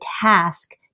task